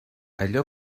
allò